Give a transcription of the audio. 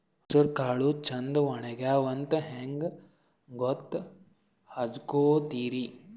ಹೆಸರಕಾಳು ಛಂದ ಒಣಗ್ಯಾವಂತ ಹಂಗ ಗೂತ್ತ ಹಚಗೊತಿರಿ?